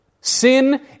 sin